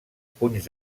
punys